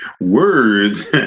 Words